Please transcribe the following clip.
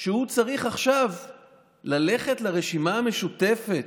שהוא צריך ללכת עכשיו לרשימה המשותפת,